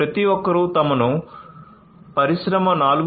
ప్రతి ఒక్కరూ తమను పరిశ్రమ 4